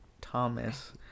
Thomas